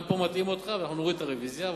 גם פה מטעים אותך ואנחנו נוריד את הרוויזיה.